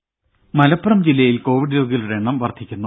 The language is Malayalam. രും മലപ്പുറം ജില്ലയിൽ കോവിഡ് രോഗികളുടെ എണ്ണം വർധിക്കുന്നു